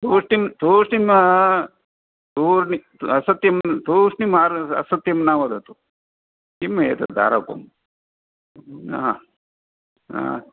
तूष्णीं तूष्णीम् तूष्णीम् असत्यं तूष्णीम् असत्यं न वदतु किम् एतत् आरोपम् आ आ